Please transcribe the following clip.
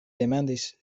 demandis